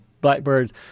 Blackbirds